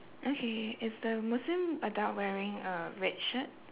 okay is the muslim adult wearing a red shirt